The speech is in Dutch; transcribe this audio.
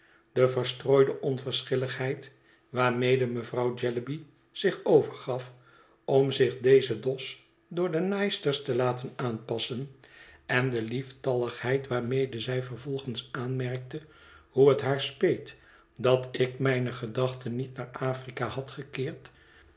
de verstrooide onverschilligheid waarmede mevrouw jellyby zich overgaf om zich dezen dos door de naaisters te laten aanpassen en de lieftalligheid waarmede zij vervolgens aanmerkte hoe het haar speet dat ik mijne gedachten niet naar afr ik ahad gekeerd